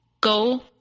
go